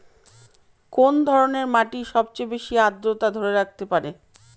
কোন ধরনের মাটি সবচেয়ে বেশি আর্দ্রতা ধরে রাখতে পারে?